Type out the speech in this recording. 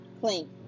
clean